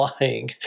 lying